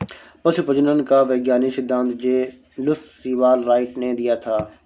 पशु प्रजनन का वैज्ञानिक सिद्धांत जे लुश सीवाल राइट ने दिया था